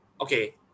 Okay